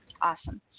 awesome